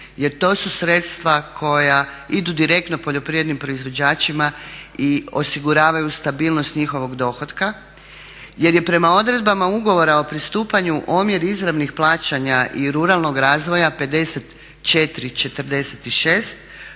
jer to su sredstva koja idu direktno poljoprivrednim proizvođačima i osiguravaju stabilnost njihovog dohotka, jer je prema odredbama Ugovora o pristupanju omjer izravnih plaćanja i ruralnog razvoja 54,46